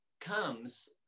comes